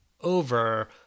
over